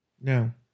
No